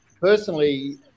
personally